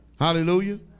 Hallelujah